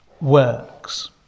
works